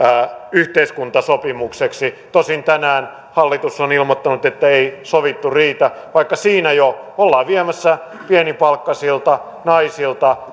yhteiskuntasopimukseksi tosin tänään hallitus on ilmoittanut että ei sovittu riitä vaikka siinä jo ollaan viemässä pienipalkkaisilta naisilta